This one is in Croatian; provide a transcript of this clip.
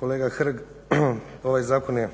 kolega Hrg ovaj zakon je